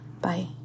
bye